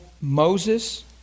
Moses